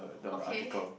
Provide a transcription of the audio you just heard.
okay